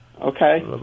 Okay